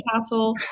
castle